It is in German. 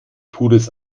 pures